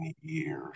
years